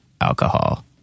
alcohol